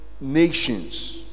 nations